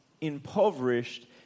impoverished